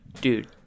Dude